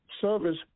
service